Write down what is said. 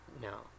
No